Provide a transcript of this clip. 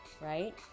right